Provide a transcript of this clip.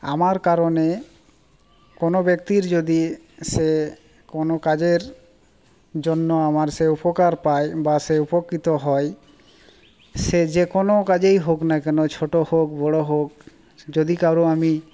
আমার কারণে কোনো ব্যাক্তির যদি সে কোনো কাজের জন্য আমার সে উপকার পায় বা সে উপকৃত হয় সে যে কোনো কাজেই হোক না কেন ছোটো হোক বড় হোক যদি কারও আমি